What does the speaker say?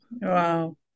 Wow